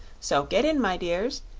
so get in, my dears,